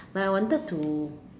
ya I wanted to